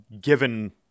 given